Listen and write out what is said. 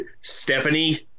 Stephanie